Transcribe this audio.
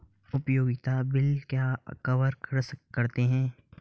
उपयोगिता बिल क्या कवर करते हैं?